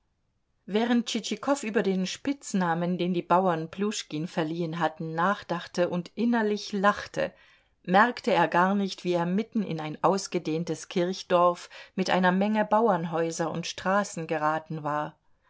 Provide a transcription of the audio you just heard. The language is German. während tschitschikow über den spitznamen den die bauern pljuschkin verliehen hatten nachdachte und innerlich lachte merkte er gar nicht wie er mitten in ein ausgedehntes kirchdorf mit einer menge bauernhäuser und straßen geraten war